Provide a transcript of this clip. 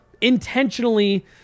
intentionally